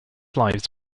lives